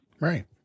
Right